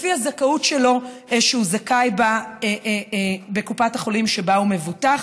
לפי הזכאות שהוא זכאי לה בקופת החולים שבה הוא מבוטח.